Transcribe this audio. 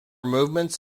movements